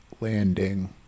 landing